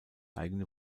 eigene